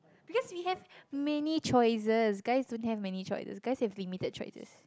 because we have many choices guys don't have many choices guys have limited choices